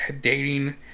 dating